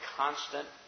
constant